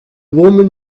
woman